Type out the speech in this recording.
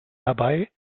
herbei